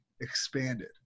expanded